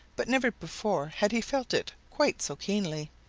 but never before had he felt it quite so keenly.